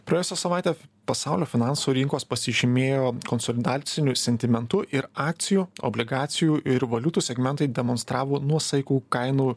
praėjusią savaitę pasaulio finansų rinkos pasižymėjo konsolidaciniu sentimentu ir akcijų obligacijų ir valiutų segmentai demonstravo nuosaikų kainų